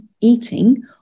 eating